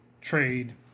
trade